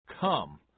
Come